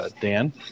Dan